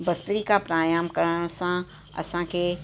भस्त्रिका प्राणायाम करण सां असांखे